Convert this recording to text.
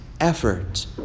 Effort